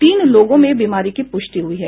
तीन लोगों में बीमारी की पुष्टि हुयी है